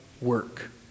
work